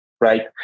Right